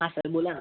हा सर बोला ना